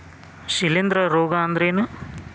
ಶಿಲೇಂಧ್ರ ರೋಗಾ ಅಂದ್ರ ಏನ್?